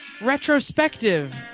retrospective